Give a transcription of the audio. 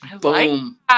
Boom